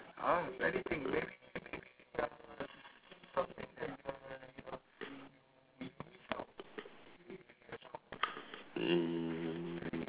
mm